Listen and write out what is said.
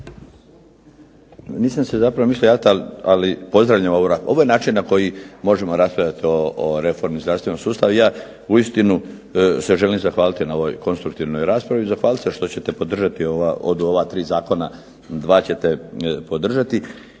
ali pozdravljam ovu raspravu, ovo je način na koji možemo raspravljati o Reformi zdravstvenog sustava i ja uistinu se želim zahvaliti na ovoj konstruktivnoj raspravi i zahvaliti se što ćete podržati, od ova 3 zakona 2 ćete podržati.